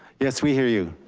yes, we hear you.